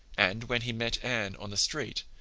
and when he met anne on the street,